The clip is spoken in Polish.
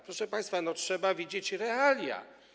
Proszę państwa, trzeba widzieć realia.